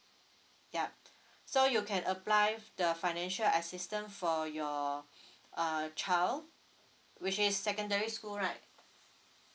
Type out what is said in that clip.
yup so you can apply the financial assistance for your err child which is secondary school right